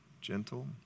Gentle